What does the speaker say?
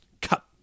cut